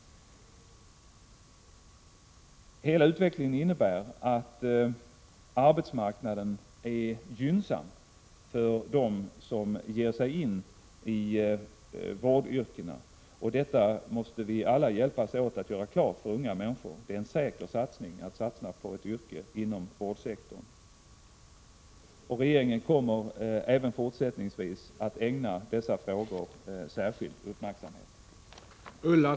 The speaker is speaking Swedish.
Hela utvecklingen innebär att arbetsmarknaden är gynnsam för dem som ger sig in i vårdyrkena. Detta måste vi alla hjälpas åt för att göra klart för unga människor. Det är en säker satsning att gå in för ett yrke inom vårdsektorn. Regeringen kommer även fortsättningsvis att ägna dessa frågor särskild uppmärksamhet.